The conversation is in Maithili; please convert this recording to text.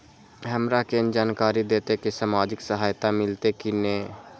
हमरा केना जानकारी देते की सामाजिक सहायता मिलते की ने?